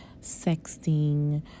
sexting